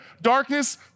darkness